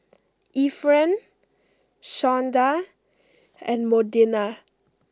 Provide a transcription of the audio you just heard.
Efren Shawnda and Modena